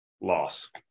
Loss